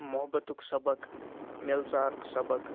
محبتُک سبق مِلژارُک سبق